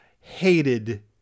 hated